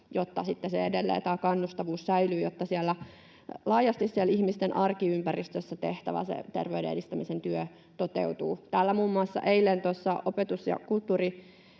tämä kannustavuus säilyy, jotta laajasti siellä ihmisten arkiympäristössä tehtävä terveyden edistämisen työ toteutuu. Täällä muun muassa eilen opetus‑ ja kulttuuriministeriön